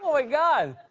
my god.